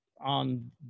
on